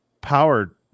power